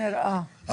זה.